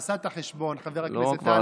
הוא כבר עשה את החשבון, חבר הכנסת טל.